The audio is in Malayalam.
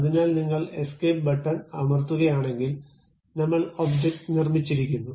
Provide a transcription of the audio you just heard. അതിനാൽ നിങ്ങൾ എസ്കേപ്പ്ബട്ടൺ അമർത്തുകയാണെങ്കിൽ നമ്മൾ ഒബ്ജക്റ്റ് നിർമ്മിച്ചിരിക്കുന്നു